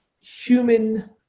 human